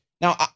Now